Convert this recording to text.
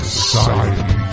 Society